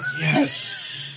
Yes